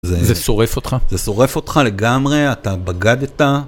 זה שורף אותך, זה שורף אותך לגמרי, אתה בגדת.